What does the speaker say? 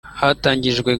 hatangijwe